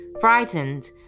Frightened